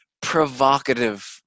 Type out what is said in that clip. provocative